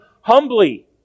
humbly